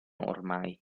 ormai